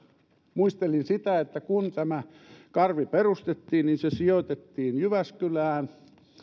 muistelin sitä että kun tämä karvi perustettiin niin se sijoitettiin jyväskylään